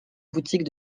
boutique